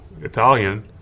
Italian